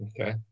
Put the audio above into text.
Okay